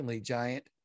giant